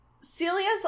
Celia's